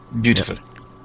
beautiful